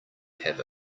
have